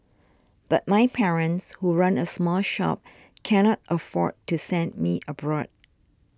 but my parents who run a small shop cannot afford to send me abroad